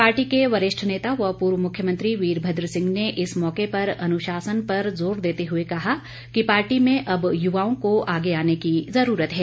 party के वरिष्ठ नेता व पूर्व मुख्यमंत्री वीरभ्रद सिंह ने इस मौके पर अनुशासन पर जोर देते हुए कहा कि पार्टी पर अब युवाओं को आगे आने की जरूरत है